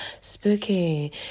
Spooky